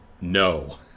no